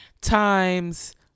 times